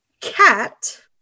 cat